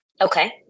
Okay